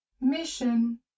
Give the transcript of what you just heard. Mission